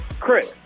Chris